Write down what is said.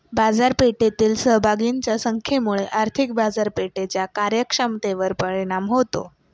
बाजारपेठेतील सहभागींच्या संख्येमुळे आर्थिक बाजारपेठेच्या कार्यक्षमतेवर परिणाम होतो